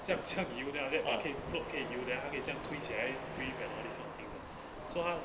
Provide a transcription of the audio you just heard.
将强游 then after that 他可以 float 他可以游 then 他可以推起来 breathe and all these kinds of things eh so 他